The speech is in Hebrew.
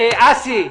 אסי.